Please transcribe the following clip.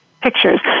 pictures